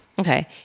Okay